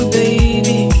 baby